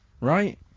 Right